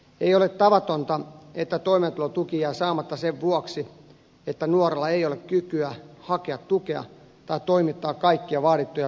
ei ole tavatonta että toimeentulotuki jää saamatta sen vuoksi että nuorella ei ole kykyä hakea tukea tai toimittaa kaikkia vaadittuja tietoja hakemukseensa